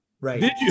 Right